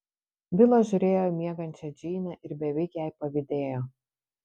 vilas žiūrėjo į miegančią džeinę ir beveik jai pavydėjo